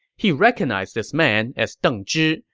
he recognized this man as deng zhi,